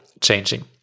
changing